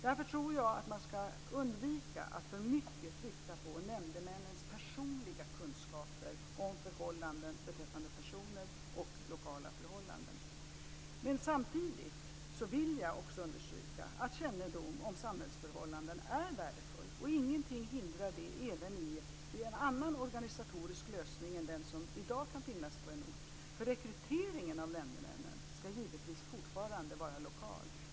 Därför tror jag att man ska undvika att för mycket trycka på nämndemännens personliga kunskaper beträffande personer och lokala förhållanden. Samtidigt vill jag också understryka att kännedom om samhällsförhållanden är värdefull, och ingenting hindrar den även i en annan organisatorisk lösning än den som i dag kan finnas på en ort. Rekryteringen av nämndemännen ska givetvis fortfarande vara lokal.